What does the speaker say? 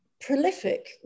Prolific